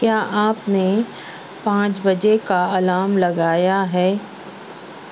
کیا آپ نے پانچ بجے کا الارم لگایا ہے